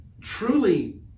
truly